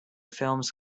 films